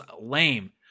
lame